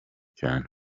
cyane